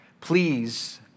Please